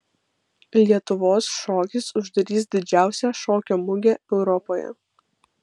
lietuvos šokis uždarys didžiausią šokio mugę europoje